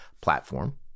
platform